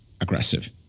aggressive